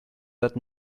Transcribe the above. that